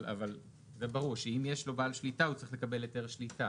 אבל זה ברור שאם יש לו בעל שליטה הוא צריך לקבל היתר שליטה,